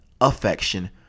affection